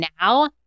now